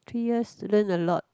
three years learn a lot